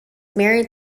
married